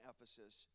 Ephesus